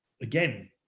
again